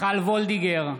וולדיגר,